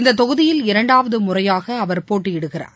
இந்ததொகுதியில் இரண்டாவதுமுறையாகஅவர் போட்டியிடுகிறார்